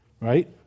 right